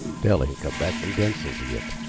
dell ain't come back from denson's yit.